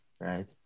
right